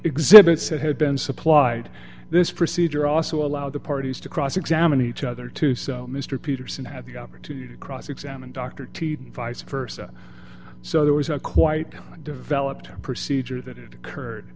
exhibits that had been supplied this procedure also allowed the parties to cross examine each other too so mr peterson had the opportunity to cross examine dr t vice versa so there was a quite developed procedure that occurred